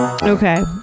Okay